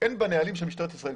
אין בנהלים של משטרת ישראל,